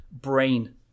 brain